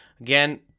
Again